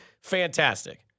Fantastic